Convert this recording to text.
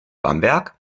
bamberg